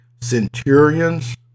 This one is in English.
centurions